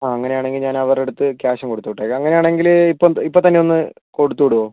അങ്ങനെയാണെങ്കിൽ ഞാൻ അവരുടെ അടുത്ത് ക്യാഷും കൊടുത്തുവിട്ടേക്കാം അങ്ങനെയാണെങ്കിൽ ഇപ്പം ഇപ്പത്തന്നെയൊന്ന് കൊടുത്ത് വിടാമോ